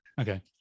okay